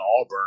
Auburn